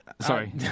Sorry